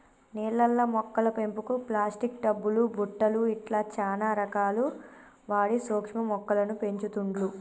నీళ్లల్ల మొక్కల పెంపుకు ప్లాస్టిక్ టబ్ లు బుట్టలు ఇట్లా చానా రకాలు వాడి సూక్ష్మ మొక్కలను పెంచుతుండ్లు